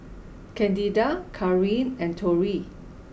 Candida Karin and Torey